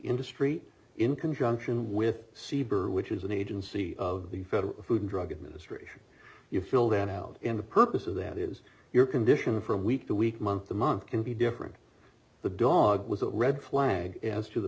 industry in conjunction with cbre which is an agency of the federal food and drug administration you fill that out in the purpose of that is your condition from week to week month to month can be different the dog was a red flag as to the